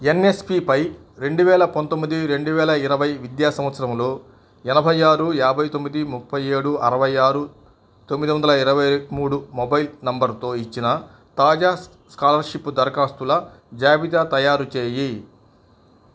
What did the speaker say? NSP పై రెండువేల పంతొమ్మిది రెండువేల ఇరవై విద్యా సంవత్సరంలో ఎనభై ఆరు యాభై తొమ్మిది ముప్పై ఏడు అరవై ఆరు తొమ్మిది వందల ఇరవై మూడు మొబైల్ నంబరుతో ఇచ్చిన తాజా స్కాలర్షిప్ దరఖాస్తుల జాబితా తయారు చేయి